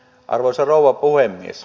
arvoisa rouva puhemies